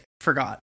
forgot